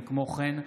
כמו כן,